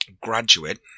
graduate